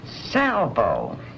Salvo